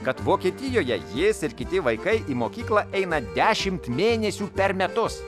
kad vokietijoje jis ir kiti vaikai į mokyklą eina dešimt mėnesių per metus